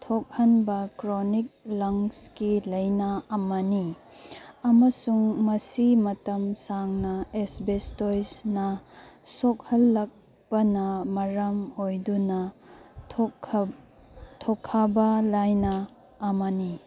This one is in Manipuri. ꯊꯣꯛꯍꯟꯕ ꯀ꯭ꯔꯣꯅꯤꯛ ꯂꯪꯁꯀꯤ ꯂꯥꯏꯅꯥ ꯑꯃꯅꯤ ꯑꯃꯁꯨꯡ ꯃꯁꯤ ꯃꯇꯝ ꯁꯥꯡꯅ ꯑꯦꯁꯕꯦꯁꯇꯣꯏꯁꯅ ꯁꯣꯛꯍꯜꯂꯛꯄꯅ ꯃꯔꯝ ꯑꯣꯏꯗꯨꯅ ꯊꯣꯛꯍꯟꯕ ꯂꯥꯏꯅꯥ ꯑꯃꯅꯤ